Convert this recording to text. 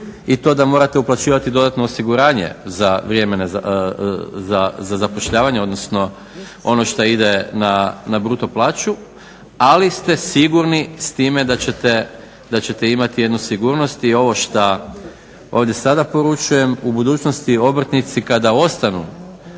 i to da morate uplaćivati dodatno osiguranje za zapošljavanje, odnosno ono što ide na bruto plaću, ali ste sigurni s time da ćete imati jednu sigurnost i ovo što ovdje sada poručujem, u budućnosti obrtnici kada ostanu,